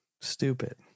Stupid